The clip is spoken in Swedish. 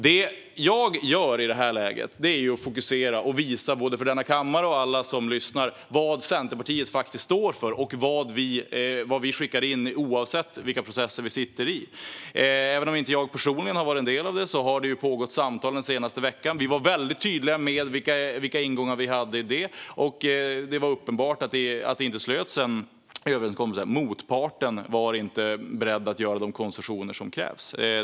Det jag gör i detta läge är att fokusera och berätta för både kammaren och alla som lyssnar vad Centerpartiet står för och vad vi skickar in oavsett vilka processer vi är med i. Jag har inte personligen varit en del av de samtal som har pågått den senaste veckan, men vi har varit mycket tydliga med våra ingångar. Det ingicks dock ingen överenskommelse eftersom motparten inte var beredd att göra de koncessioner som krävdes.